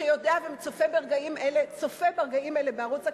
שיודע וצופה ברגעים האלה בערוץ הכנסת,